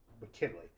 mckinley